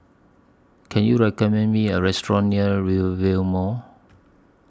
Can YOU recommend Me A Restaurant near Rivervale Mall